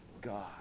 God